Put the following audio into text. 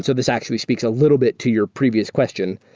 so this actually speaks a little bit to your previous question.